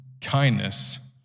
kindness